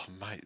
mate